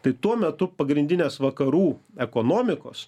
tai tuo metu pagrindinės vakarų ekonomikos